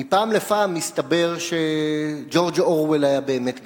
מפעם לפעם מסתבר שג'ורג' אורוול היה באמת גאון,